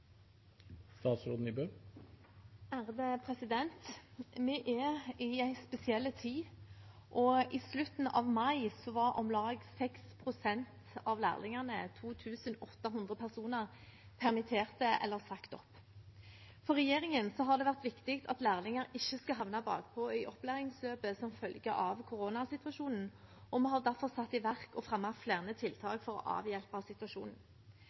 i en spesiell tid, og i slutten av mai var om lag 6 pst. av lærlingene – 2 800 personer – permittert eller sagt opp. For regjeringen har det vært viktig at lærlinger ikke skal havne bakpå i opplæringsløpet som følge av koronasituasjonen, og vi har derfor satt i verk og fremmet flere tiltak for å avhjelpe situasjonen.